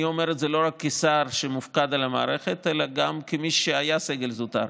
אני אומר את זה לא רק כשר שמופקד על המערכת אלא גם כמי שהיה סגל זוטר,